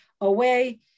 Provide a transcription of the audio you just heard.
away